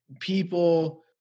people